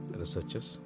researchers